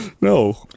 No